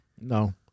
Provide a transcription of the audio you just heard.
No